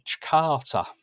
Carter